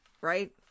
right